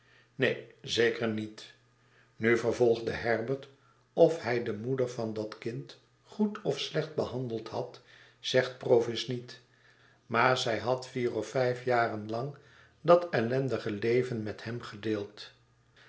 neen zeker niet nu vervolgde herbert of hij de moeder van dat kind goed of slecht behandeld had zegt provis niet maar zij had vier of vijf jaren lang dat ellendige leven met hem gedeeld